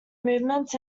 movements